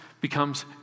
becomes